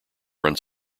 runs